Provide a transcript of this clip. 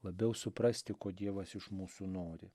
labiau suprasti ko dievas iš mūsų nori